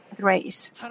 grace